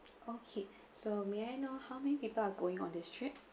okay so may I know how many people are going on this trip